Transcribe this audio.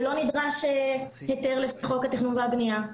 שלא נדרש היתר לפי חוק התכנון והבנייה.